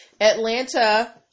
Atlanta